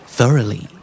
Thoroughly